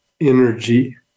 Energy